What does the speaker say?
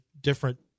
different